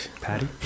Patty